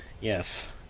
yes